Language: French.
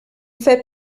fait